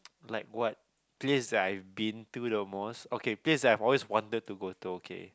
like what place that I've been to the most okay place that I've always wanted to go to okay